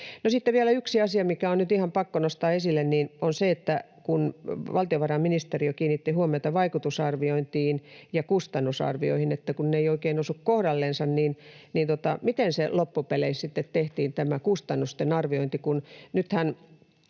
yksi asia, mikä on nyt ihan pakko nostaa esille, on se, että kun valtiovarainministeriö kiinnitti huomiota vaikutusarviointiin ja kustannusarvioihin, kun ne eivät oikein osu kohdallensa, niin miten tämä kustannusten arviointi